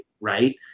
Right